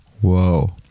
Whoa